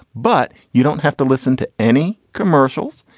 but you don't have to listen to any commercials.